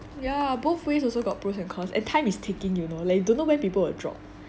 ya both ways also got pros and cons and time is ticking you know leh you don't know when people will drop